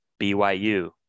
BYU